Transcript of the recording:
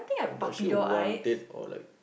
does she want it or like